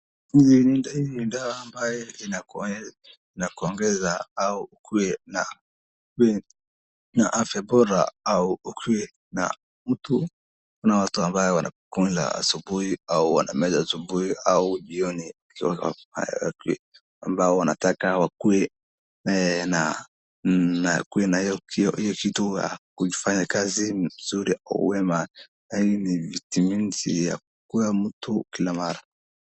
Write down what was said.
Ni dawa ambaye inakuongeza au ukue na afya bora au ukue na mtu ambaye anakula asubuhi au anameza asubuhi au jioni ambao wanataka wakue na hiyo kitu ya kufanya kazi mzuri ukue na viti mingi ya kuwa mtu kila mara.